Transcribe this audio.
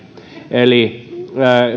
eli